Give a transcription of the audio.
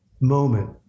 moment